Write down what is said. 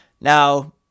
Now